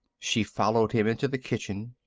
she followed him into the kitchen.